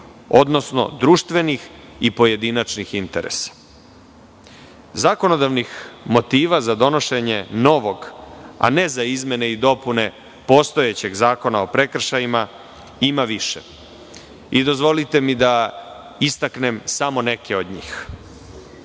odnosno društvenih i pojedinačnih interesa. Zakonodavnih motiva za donošenje novog, a ne za izmene i dopune postojećeg Zakona o prekršajima, ima više. Dozvolite mi da istaknem samo neke od njih.